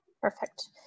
Perfect